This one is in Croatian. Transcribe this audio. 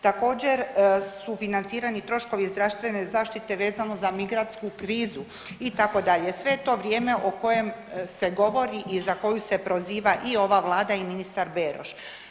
Također su financirani troškovi zdravstvene zaštite vezano za migrantsku krizu itd., sve je to vrijeme o kojem se govori i za koju se proziva i ova vlada i ministar Beroš.